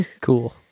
cool